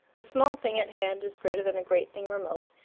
a small thing at hand is greater than a great thing remote,